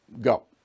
Go